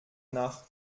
nach